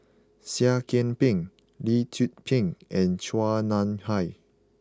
Seah Kian Peng Lee Tzu Pheng and Chua Nam Hai